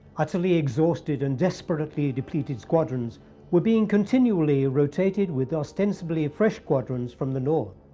utterly exhausted and desperately depleted squadrons were being continually rotated with ostensibly fresh squadrons from the north.